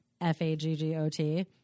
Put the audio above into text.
F-A-G-G-O-T